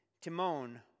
Timon